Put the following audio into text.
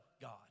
God